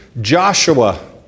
Joshua